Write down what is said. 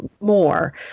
more